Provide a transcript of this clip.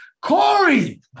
Corey